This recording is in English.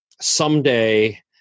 someday